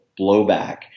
blowback